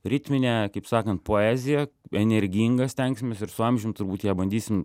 ritminę kaip sakant poeziją energingą stengsimės ir su amžium turbūt ją bandysim